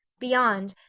beyond,